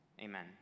amen